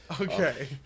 Okay